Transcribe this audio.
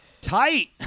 tight